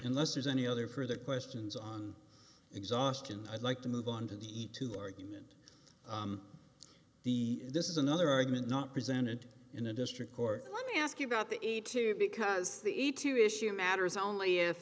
unless there's any other further questions on exhaustion i'd like to move on to the two argument the this is another argument not presented in a district court let me ask you about the eight two because the e two issue matters only if